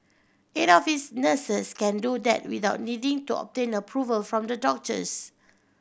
eight of its nurses can do that without needing to obtain approval from the doctors